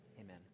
Amen